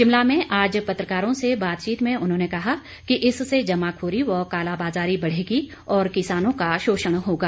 शिमला में आज पत्रकारों से बातचीत में उन्होंने कहा कि इससे जमाखोरी व काला बाजारी बढ़ेगी और किसानों को शोषण होगा